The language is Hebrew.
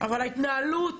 אבל ההתנהלות